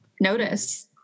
notice